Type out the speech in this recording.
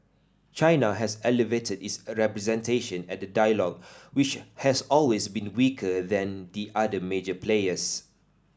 China has elevated its representation at the dialogue which has always been weaker than the other major players